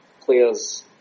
players